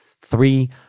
Three